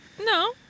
No